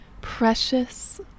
precious